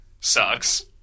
sucks